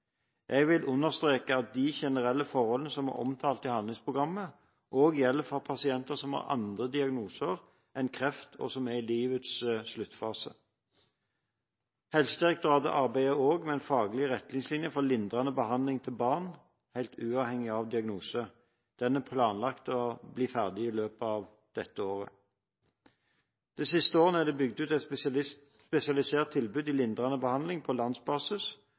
Jeg vil understreke at de generelle forholdene som er omtalt i handlingsprogrammet, også gjelder for pasienter som har andre diagnoser enn kreft, og som er i livets sluttfase. Helsedirektoratet arbeider også med en faglig retningslinje for lindrende behandling til barn – helt uavhengig av diagnose. Den er planlagt ferdig i løpet av dette året. De siste årene er det bygget ut et spesialisert tilbud i lindrende behandling på landsbasis.